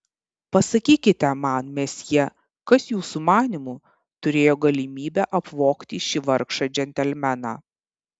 pasakykite man mesjė kas jūsų manymu turėjo galimybę apvogti šį vargšą džentelmeną